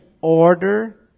order